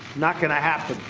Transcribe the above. not going to happen.